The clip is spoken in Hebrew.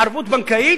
ערבות בנקאית,